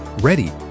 ready